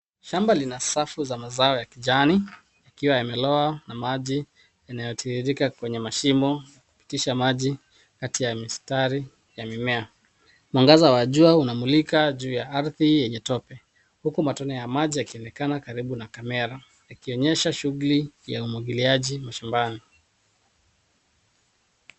Shamba lina safu za mazao ya kijani yakiwa yamelowa na maji yanayotiririka kwenye mashimo kupitisha maji kati ya mistari ya mimea. Mwangaza wa jua unamulika juu ya ardhi yenye tope huku matone ya maji yakionekana karibu na kamera yakionyesha shughuli ya umwagiliaji mashambani.